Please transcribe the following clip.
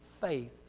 faith